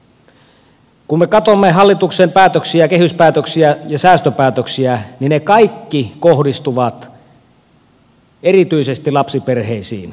kun me katsomme hallituksen päätöksiä kehyspäätöksiä ja säästöpäätöksiä niin ne kaikki kohdistuvat erityisesti lapsiperheisiin